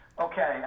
Okay